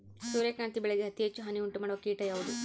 ಸೂರ್ಯಕಾಂತಿ ಬೆಳೆಗೆ ಅತೇ ಹೆಚ್ಚು ಹಾನಿ ಉಂಟು ಮಾಡುವ ಕೇಟ ಯಾವುದು?